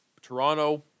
Toronto